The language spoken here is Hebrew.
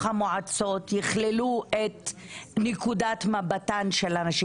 המועצות יכללו את נקודת מבטן את הנשים.